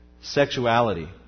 sexuality